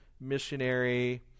missionary